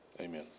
Amen